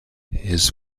his